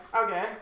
Okay